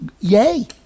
yay